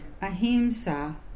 Ahimsa